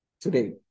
today